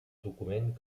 document